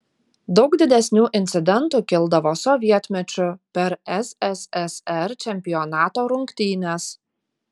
daug didesnių incidentų kildavo sovietmečiu per sssr čempionato rungtynes